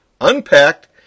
unpacked